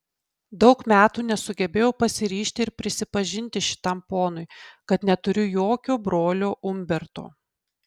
daug metų nesugebėjau pasiryžti ir prisipažinti šitam ponui kad neturiu jokio brolio umberto